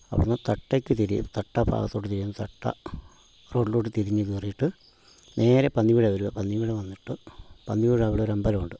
അവിടെ നിന്ന് തട്ടക്ക് തിരിയും തട്ടാ ഭാഗത്തോട്ട് തിരിയും തട്ട റോട്ടിലോട്ട് തിരിഞ്ഞ് കയറിയിട്ട് നേരെ പന്നിവിട വരിക പന്നിവിട വന്നിട്ട് പന്നിവിട അവിടെ ഒരമ്പലം ഉണ്ട്